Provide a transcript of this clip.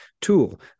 tool